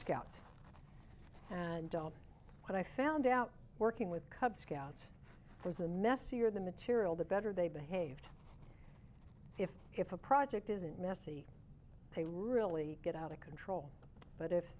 scouts and don't i found out working with cub scouts was the messier the material the better they behaved if if a project isn't messy they really get out of control but if